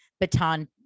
baton